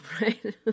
right